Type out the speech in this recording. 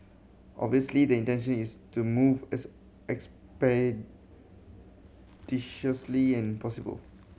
obviously the intention is to move as expeditiously as possible